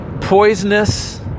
poisonous